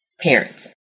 parents